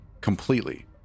completely